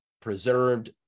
Preserved